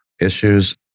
issues